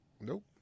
Nope